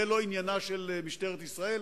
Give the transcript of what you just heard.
זה לא עניינה של משטרת ישראל,